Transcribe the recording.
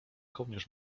kołnierz